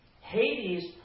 Hades